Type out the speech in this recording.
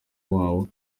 woba